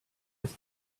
just